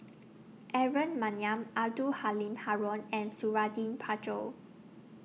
Aaron Maniam Abdul Halim Haron and Suradi Parjo